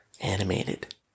animated